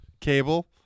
cable